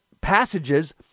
passages